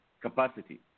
capacity